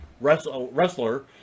wrestler